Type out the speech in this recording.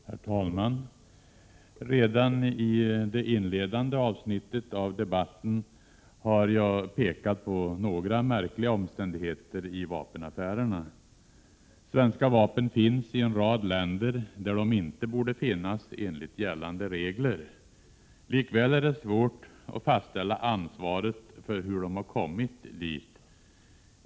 Herr talman! Redan i det inledande avsnittet av debatten har jag pekat på några märkliga omständigheter i vapenaffärerna. Svenska vapen finns i en rad länder där de enligt gällande regler inte borde finnas. Likväl är det svårt att fastställa ansvaret för hur de har kommit dit.